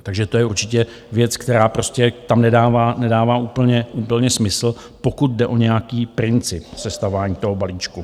Takže to je určitě věc, která prostě tam nedává úplně, úplně smysl, pokud jde o nějaký princip sestavování toho balíčku.